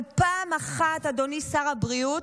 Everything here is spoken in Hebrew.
אבל פעם אחת, אדוני שר הבריאות,